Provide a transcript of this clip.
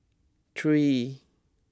three